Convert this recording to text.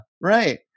right